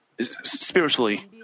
spiritually